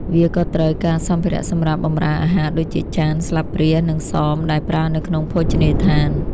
វាក៏ត្រូវការសម្ភារៈសម្រាប់បម្រើអាហារដូចជាចាន ស្លាបព្រា និងសមដែលប្រើនៅក្នុងភោជនីយដ្ឋាន។